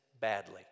badly